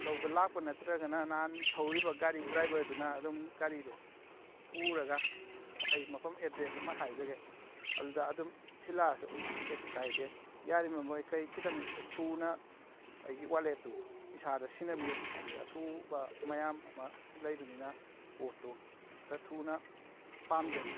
ꯂꯧꯕ ꯂꯥꯛꯄ ꯅꯠꯇ꯭ꯔꯒꯅ ꯅꯍꯥꯟ ꯊꯧꯔꯤꯕ ꯒꯥꯔꯤ ꯗ꯭ꯔꯥꯏꯚꯔꯗꯨꯅ ꯑꯗꯨꯝ ꯒꯥꯔꯤꯗꯣ ꯄꯨꯔꯒ ꯑꯩ ꯃꯐꯝ ꯑꯦꯗ꯭ꯔꯦꯁ ꯑꯃ ꯍꯥꯏꯖꯒꯦ ꯑꯗꯨꯗ ꯑꯗꯨꯝ ꯊꯤꯜꯂꯛꯑꯁꯨ ꯀꯩꯁꯨ ꯀꯥꯏꯗꯦ ꯌꯥꯔꯤꯕ ꯃꯈꯩ ꯈꯤꯇꯪ ꯊꯨꯅ ꯑꯩꯒꯤ ꯋꯥꯂꯦꯠꯇꯨ ꯏꯁꯥꯗ ꯁꯤꯟꯅꯕꯤꯎ ꯍꯥꯏꯕꯗꯤ ꯑꯊꯨꯕ ꯃꯌꯥꯝ ꯑꯃ ꯂꯩꯕꯅꯤꯅ ꯄꯣꯠꯇꯣ ꯈꯔꯊꯨꯅ ꯄꯥꯝꯖꯩ